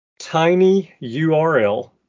tinyurl